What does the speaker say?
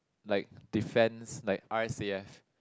like defense like r_s_a_f